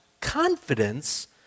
confidence